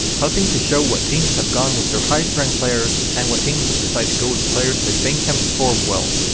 helping to show what teams have gone with their highest ranked players and what teams have decided to go with players they think can perform well.